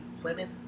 Plymouth